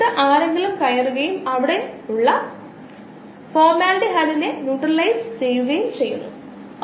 Jerusalimsky Neronova model എന്ന ഒരു model കൂടി ഞാൻ പരാമർശിക്കും ഇത് വളർച്ചയെ ഉൽപന്ന നിരോധനത്തിൻറെ ഫലം നൽകുന്നു